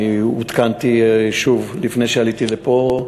אני עודכנתי שוב לפני שעליתי לפה,